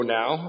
now